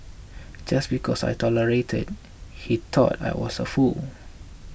just because I tolerated he thought I was a fool